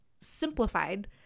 simplified